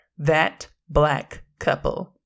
ThatBlackCouple